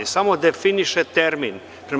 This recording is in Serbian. Samo definiše termin.